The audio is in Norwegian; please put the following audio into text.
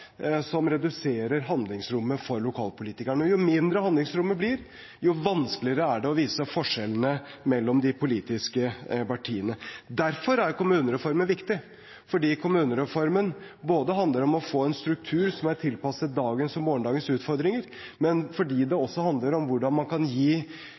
som reduserer handlingsrommet for lokalpolitikerne. Jo mindre handlingsrommet blir, jo vanskeligere er det å vise forskjellene mellom de politiske partiene. Derfor er kommunereformen viktig – fordi den handler både om å få en struktur som er tilpasset dagens og morgendagens utfordringer, og om hvordan man kan gi